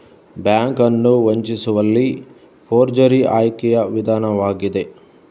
bank ಅನ್ನು ವಂಚಿಸುವಲ್ಲಿ forgery ಆಯ್ಕೆಯ ವಿಧಾನವಾಗಿದೆ